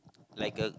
like a